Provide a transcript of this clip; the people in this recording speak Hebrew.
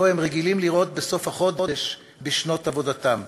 שהם רגילים לראות בסוף החודש בשנות עבודתם,